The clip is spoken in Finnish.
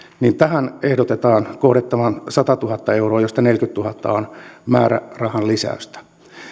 ehdotetaan kohdennettavan satatuhatta euroa josta neljäkymmentätuhatta on määrärahan lisäystä